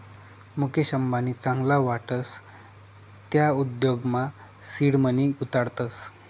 मुकेश अंबानी चांगला वाटस त्या उद्योगमा सीड मनी गुताडतस